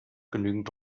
genügend